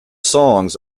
songs